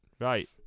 Right